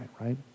right